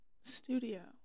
studio